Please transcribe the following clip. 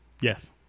Yes